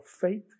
faith